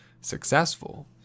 successful